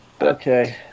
Okay